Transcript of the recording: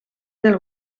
del